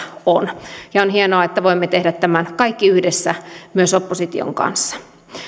on on hienoa että voimme tehdä tämän kaikki yhdessä myös opposition kanssa